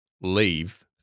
leave